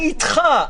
אני איתך.